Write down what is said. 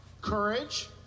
Courage